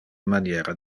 maniera